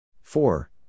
Four